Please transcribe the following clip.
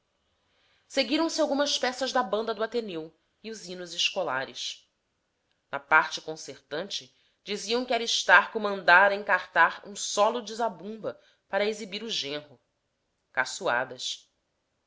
glórias seguiram-se algumas peças da banda do ateneu e os hinos escolares na parte concertante diziam que aristarco mandara encartar um solo de zabumba para exibir o genro